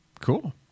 cool